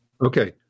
Okay